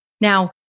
Now